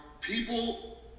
people